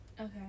okay